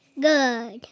Good